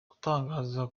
utangaza